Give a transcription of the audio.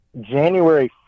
january